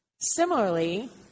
Similarly